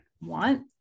want